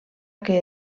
que